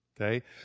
Okay